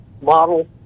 model